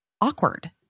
awkward